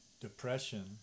depression